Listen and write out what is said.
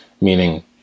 meaning